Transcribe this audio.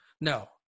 No